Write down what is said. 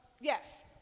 Yes